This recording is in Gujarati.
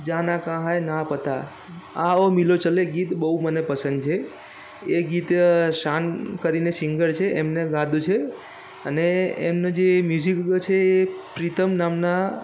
જાના કહાં હૈ ના પતા આઓ મીલોં ચલે ગીત બહુ મને પસંદ છે એ ગીત શાન કરીને સિંગર છે એમને ગાયું છે અને એનો જે મ્યુઝિક છે એ પ્રિતમ નામના